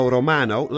Romano